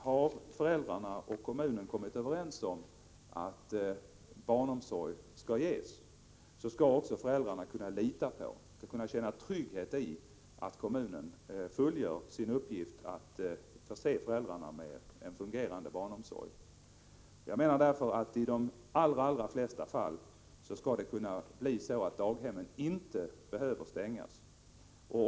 Har föräldrarna och kommunen kommit överens om att barnomsorg skall ges, så skall föräldrarna också kunna lita på och känna trygghet i att kommunen fullgör sin uppgift att förse föräldrarna med en fungerande barnomsorg. I de allra flesta fall skall daghemmen inte behöva stängas.